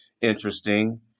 Interesting